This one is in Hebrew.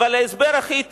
ההסבר הכי טוב,